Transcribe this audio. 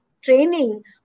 training